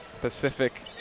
Pacific